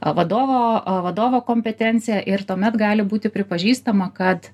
vadovo a vadovo kompetencija ir tuomet gali būti pripažįstama kad